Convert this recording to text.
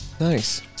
Nice